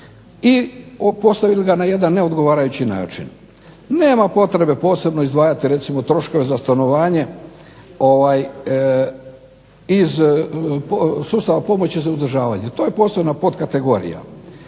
i postavili ga na jedan neodgovarajući način. Nema potrebe posebno izdvajati recimo troškove za stanovanje, iz sustava pomoći za uzdržavanje. To je posebna potkategorija.